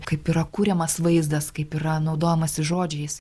kaip yra kuriamas vaizdas kaip yra naudojamasi žodžiais